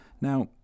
Now